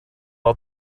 out